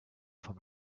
vom